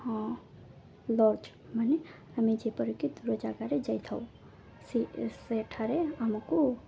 ହଁ ଲଜ୍ ମାନେ ଆମେ ଯେପରିକି ଦୂର ଜାଗାରେ ଯାଇଥାଉ ସେ ସେଠାରେ ଆମକୁ